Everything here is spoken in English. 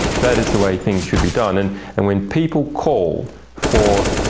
that is the way things should be done. and and when people call for